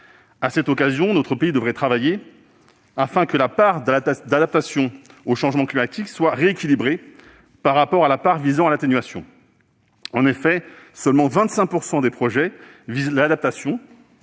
À cette occasion, notre pays devrait travailler à ce que la part visant à l'adaptation au changement climatique soit rééquilibrée par rapport à la part visant à l'atténuation dudit changement. En effet, 25 % seulement des projets visent l'adaptation,